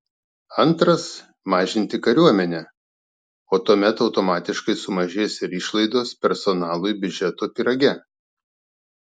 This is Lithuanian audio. antras mažinti kariuomenę o tuomet automatiškai sumažės ir išlaidos personalui biudžeto pyrage